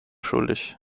schuldig